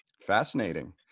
fascinating